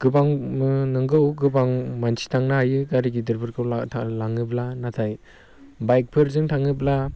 गोबां नंगौ गोबां मानसि थांनो हायो गारि गिदिरफोरखौ लाङोब्ला नाथाय बाइकफोरजों थाङोब्ला